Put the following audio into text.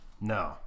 no